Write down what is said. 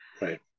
right